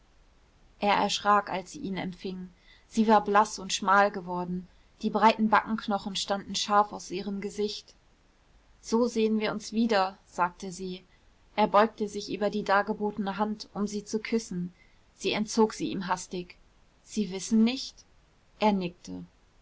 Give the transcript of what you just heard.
er erschrak als sie ihn empfing sie war blaß und schmal geworden die breiten backenknochen standen scharf aus ihrem gesicht so sehen wir uns wieder sagte sie er beugte sich über die dargebotene hand um sie zu küssen sie entzog sie ihm hastig sie wissen nicht er nickte